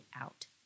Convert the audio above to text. out